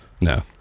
No